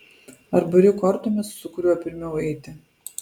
ar buri kortomis su kuriuo pirmiau eiti